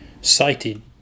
cited